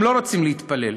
הם לא רוצים להתפלל,